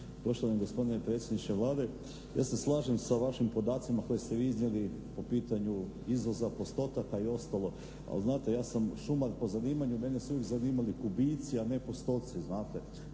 Poštovani gospodine predsjedniče Vlade, ja se slažem sa vašim podacima koje ste vi iznijeli po pitanju izvoza postotaka i ostalo, ali znate ja sam šumar po zanimanju i mene su uvijek zanimali kubici a ne postoci, tako